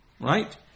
Right